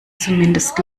zumindest